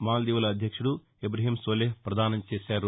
మాల్దీవుల అధ్యక్షుడు ఇబ్రహీం సోలేహ్ పదానం చేశారు